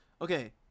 Okay